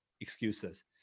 excuses